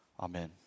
Amen